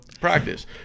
practice